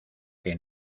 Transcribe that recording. que